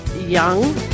young